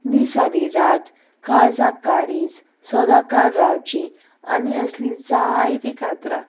दिसार रात काळजा काळीज सदांकाळ रावची आनी असली जायती कांतरां